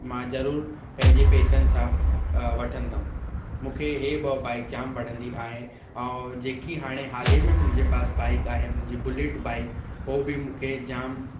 मां ज़रूरु पंहिंजे पैसनि सां अ वठंदुमि मूंखे हीअ ॿ बाइक जाम वणंदी आहे हो जेकी हाणे हाल ई में मुंहिंजे पास बाइक आहे मुंहिंजी बुलेट बाइक उहो बि मूंखे जाम